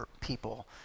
people